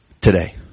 today